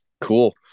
Cool